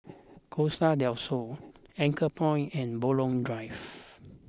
Costa del Sol Anchorpoint and Buroh Drive